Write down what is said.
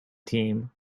team